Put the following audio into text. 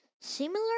similar